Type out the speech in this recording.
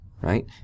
right